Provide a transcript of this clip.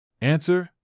Answer